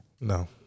No